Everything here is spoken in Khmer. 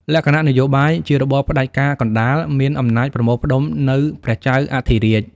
លក្ខណៈនយោបាយ ជារបបផ្ដាច់ការកណ្ដាល មានអំណាចប្រមូលផ្តុំនៅព្រះចៅអធិរាជ។